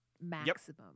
maximum